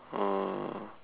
uh